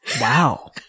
wow